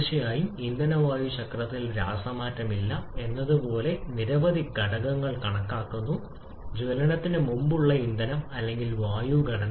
തീർച്ചയായും ഇന്ധന വായു ചക്രത്തിൽ രാസമാറ്റം ഇല്ല എന്നതുപോലുള്ള നിരവധി ഘടകങ്ങൾ കണക്കാക്കുന്നു ജ്വലനത്തിന് മുമ്പുള്ള ഇന്ധനം അല്ലെങ്കിൽ വായു ഘടന